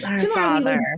Tomorrow